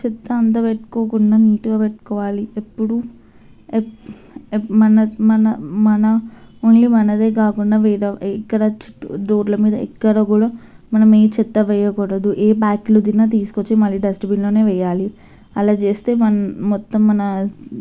చెత్తంతా పెట్టుకోకుండా నీట్గా పెట్టుకోవాలి ఎప్పుడు మన మన మన ఓన్లీ మనదే కాకుండా బయట ఎక్కడ చుట్టూ రోడ్ల మీద ఎక్కడ కూడా మనం ఏ చెత్త వెయ్యకూడదు ఏ ప్యాక్లు తిన్న తీసుకొచ్చి మళ్ళీ డస్ట్బిన్లోనే వేయాలి అలా చేస్తే మొత్తం మన